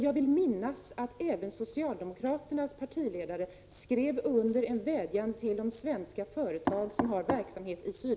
Jag vill minnas att även socialdemokraternas partiledare skrivit under en vädjan till de svenska företag som har verksamhet i Sydafrika.